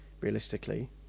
realistically